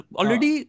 already